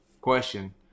question